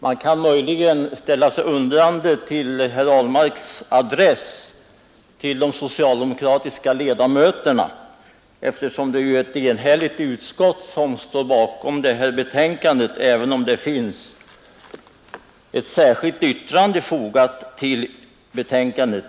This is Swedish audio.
Man kan möjligen ställa sig undrande till varför herr Ahlmark ställde sina frågor med adress till de socialdemokratiska ledamöterna då ett enhälligt utskott står bakom betänkandet, även om ett särskilt yttrande är fogat till detsamma.